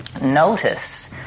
Notice